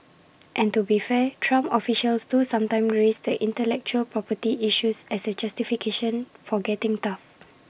and to be fair Trump officials do sometimes raise the intellectual property issues as A justification for getting tough